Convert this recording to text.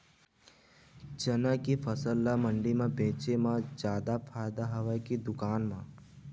चना के फसल ल मंडी म बेचे म जादा फ़ायदा हवय के दुकान म?